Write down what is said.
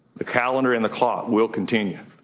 the calendar and the clock will continue,